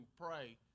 pray